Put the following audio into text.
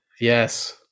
Yes